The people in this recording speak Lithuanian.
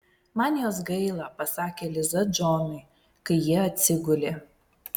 man jos gaila pasakė liza džonui kai jie atsigulė